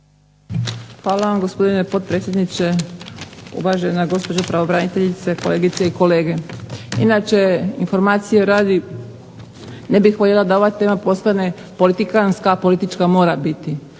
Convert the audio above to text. Hvala vam gospodine potpredsjedniče. Uvažena gospođo pravobraniteljice, kolegice i kolege zastupnici. Inače informacije radi ne bih voljela da ova tema postane politikantska, politička mora biti.